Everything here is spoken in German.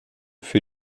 für